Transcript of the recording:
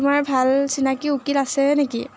তোমাৰ ভাল চিনাকি উকিল আছে নেকি